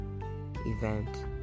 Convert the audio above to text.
event